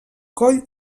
coll